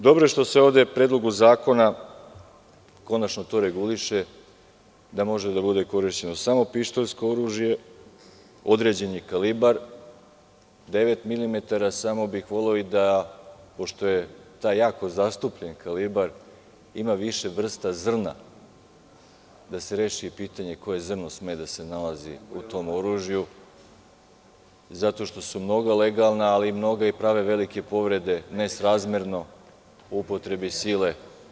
Dobro je što se ovde u Predlogu zakona konačno to reguliše, da može da bude korišćeno samo pištoljsko oružje, određeni kalibar, 9 mm, samo bih voleo pošto je to jako zastupljen kalibar, ima više vrsta zrna, da se reši pitanje koje zrno sme da se nalazi u tom oružju, zato što su mnoga legalna, ali mnoga prave i velike povrede, nesrazmerno upotrebi sile.